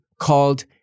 called